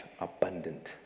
abundant